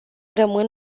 rămân